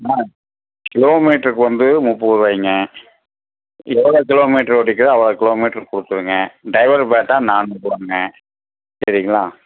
அண்ணா கிலோமீட்டருக்கு வந்து முப்பதுரூவாய்ங்க எவ்வளோ கிலோமீட்ரு ஓடியிருக்குதோ அவ்வளோ கிலோமீட்ருக்கு கொடுத்துருங்க டிரைவர் பேட்டா நானூறுபாங்க சரிங்களா